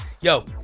yo